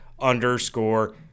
underscore